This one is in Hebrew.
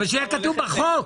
אבל שיהיה כתוב בחוק.